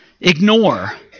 ignore